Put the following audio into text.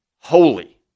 holy